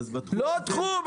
אחד.